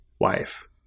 wife